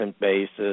basis